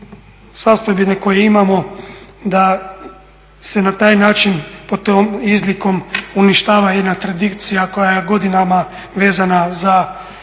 sastojbine koje imamo, da se na taj način pod tom izlikom uništava jedna tradicija koja je godinama vezana za